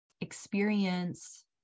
experience